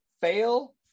fail